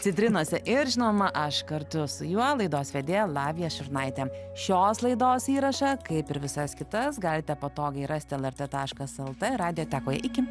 citrinose ir žinoma aš kartu su juo laidos vedėja lavija šurnaitė šios laidos įrašą kaip ir visas kitas galite patogiai rasti lrt taškas lt radiotekoj iki